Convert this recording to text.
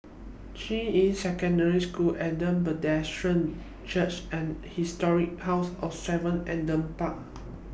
Juying Secondary School Adam Road Presbyterian Church and Historic House of seven Adam Park